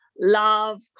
love